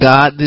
God